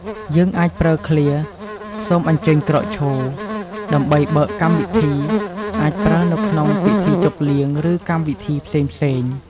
យើងអាចប្រើឃ្លា «សូមអញ្ជើញក្រោកឈរ» ដើម្បីបើកកម្មវិធី អាចប្រើនៅក្នុងពិធីជប់លៀង ឬកម្មវិធីផ្សេងៗ។